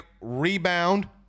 Rebound